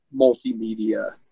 multimedia